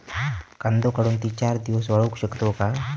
कांदो काढुन ती चार दिवस वाळऊ शकतव काय?